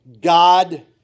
God